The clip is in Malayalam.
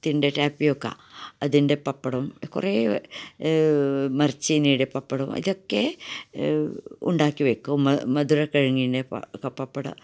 തിൻ്റെ ടാപ്പിയോക്ക അതിൻ്റെ പപ്പടം കുറെ മരച്ചീനിയുടെ പപ്പടം ഇതൊക്കെ ഉണ്ടാക്കിവെക്കും മ മധുര കിഴങ്ങിൻ്റെ പ പപ്പട